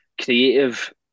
creative